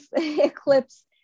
eclipse